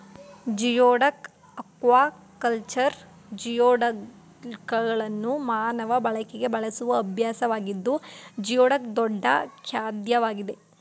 geoduck aquaculture ಜಿಯೋಡಕ್ಗಳನ್ನು ಮಾನವ ಬಳಕೆಗೆ ಬೆಳೆಸುವ ಅಭ್ಯಾಸವಾಗಿದ್ದು ಜಿಯೋಡಕ್ ದೊಡ್ಡ ಖಾದ್ಯವಾಗಿದೆ